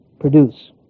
produce